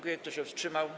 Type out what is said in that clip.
Kto się wstrzymał?